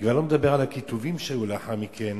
אני כבר לא מדבר על הכיתובים שהיו לאחר מכן,